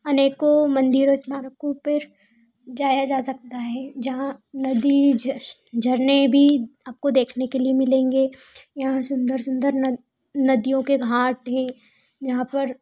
अनेकों मंदिरो स्मारकों पे जाया जा सकता है जहाँ नदी झरने भी आपको देखने के लिए मिलेंगे यहाँ सुंदर सुंदर नदियों के घाट हैं यहाँ पर